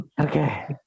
Okay